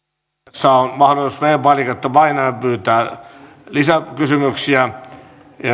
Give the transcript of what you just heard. vaiheessa on mahdollisuus viides painiketta painaen pyytää lisäkysymyksiä